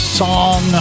song